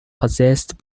possessed